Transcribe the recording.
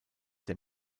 der